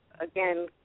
again